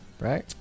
right